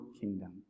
kingdom